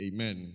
Amen